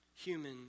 human